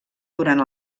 durant